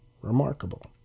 remarkable